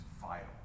vital